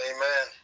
Amen